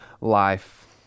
life